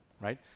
right